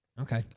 Okay